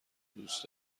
دوست